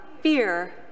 fear